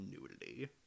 nudity